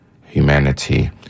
Humanity